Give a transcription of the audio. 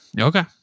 Okay